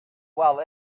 well